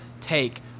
take